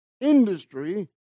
industry